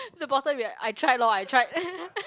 the bottom be like I tried lor I tried